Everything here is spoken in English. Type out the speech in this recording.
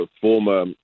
former